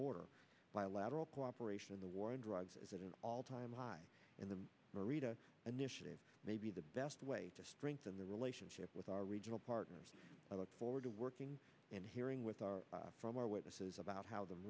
border bilateral cooperation in the war on drugs is at an all time high in the merida initiative may be the best way to bring to the relationship with our regional partners i look forward to working and hearing with our from our witnesses about how the